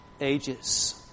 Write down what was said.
ages